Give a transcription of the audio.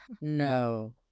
no